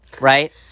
right